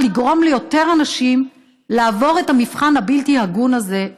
לגרום ליותר אנשים לעבור את המבחן הבלתי-הגון הזה,